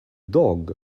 dog